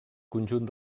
conjunt